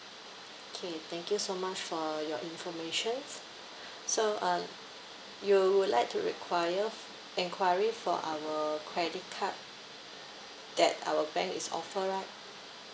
okay thank you so much for your informations so uh you would like to require f~ enquiry for our credit card that our bank is offer right